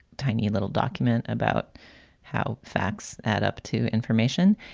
tiny little document about how facts add up to information.